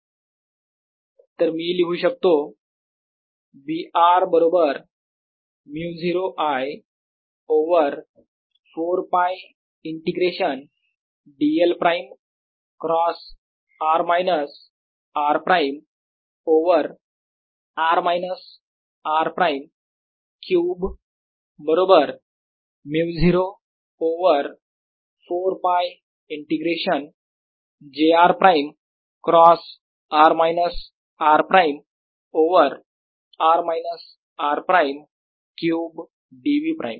adljrdV तर मी लिहू शकतो B r बरोबर 𝜇0 I over 4 π integration dl prime cross r minus r prime over r minus r prime cube बरोबर 𝜇0 over 4 π integration j r prime cross r minus r prime over r minus r prime cube dv prime